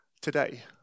Today